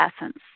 essence